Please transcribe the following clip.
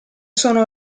sono